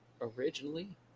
originally